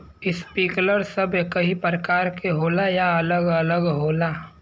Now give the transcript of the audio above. Sprinkler सब एकही प्रकार के होला या अलग अलग होला?